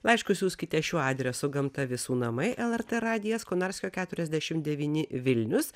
laiškus siųskite šiuo adresu gamta visų namai lrt radijas konarskio keturiasdešim devyni vilnius